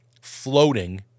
floating